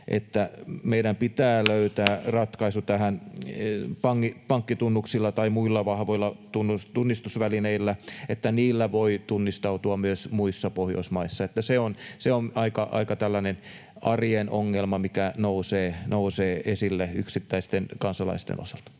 koputtaa] löytää ratkaisu niin, että pankkitunnuksilla tai muilla vahvoilla tunnistusvälineillä voi tunnistautua myös muissa Pohjoismaissa. Se on tällainen arjen ongelma, mikä nousee esille yksittäisten kansalaisten osalta.